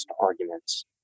arguments